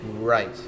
Right